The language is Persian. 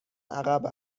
عقب